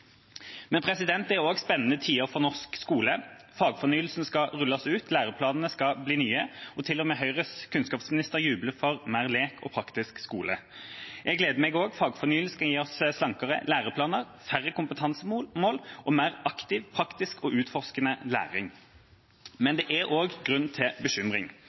Men det er også spennende tider for norsk skole. Fagfornyelsen skal rulles ut, læreplanene skal bli nye, og til og med Høyres kunnskapsminister jubler for mer lek og praktisk skole. Jeg gleder meg også. Fagfornyelsen skal gi oss slankere læreplaner, færre kompetansemål og mer aktiv, praktisk og utforskende læring. Men det er også grunn til bekymring.